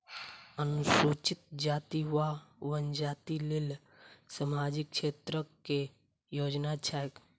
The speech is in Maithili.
अनुसूचित जाति वा जनजाति लेल सामाजिक क्षेत्रक केँ योजना छैक?